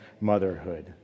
motherhood